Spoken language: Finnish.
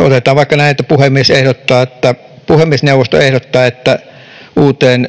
Otetaan vaikka tämä, että puhemiesneuvosto ehdottaa, että uuden